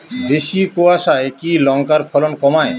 বেশি কোয়াশায় কি লঙ্কার ফলন কমায়?